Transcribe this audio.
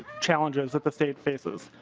challenges that the state faces.